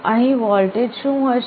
તો અહીં વોલ્ટેજ શું હશે